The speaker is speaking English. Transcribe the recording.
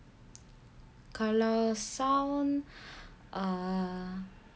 kalau sound uh